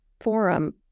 forum